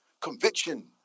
conviction